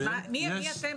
אז מי מחליט?